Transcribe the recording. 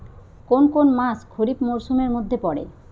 কোন কোন মাস খরিফ মরসুমের মধ্যে পড়ে?